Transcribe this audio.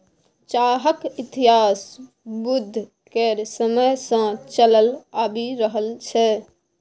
चाहक इतिहास बुद्ध केर समय सँ चलल आबि रहल छै